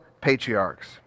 patriarchs